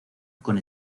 con